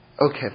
Okay